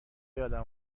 یادم